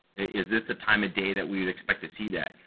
is it the time of day that we would expect to see that?